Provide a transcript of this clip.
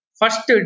first